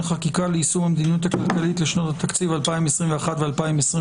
חקיקה ליישום המדיניות הכלכלית לשנות התקציב 2021 ו-2022),